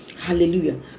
Hallelujah